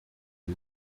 are